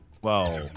Whoa